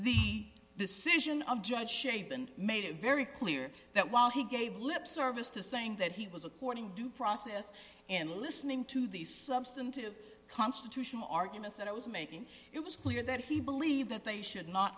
the decision of judge shapen made it very clear that while he gave lip service to saying that he was a courting due process and listening to these substantive constitutional arguments that i was making it was clear that he believed that they should not